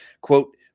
Quote